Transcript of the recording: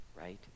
right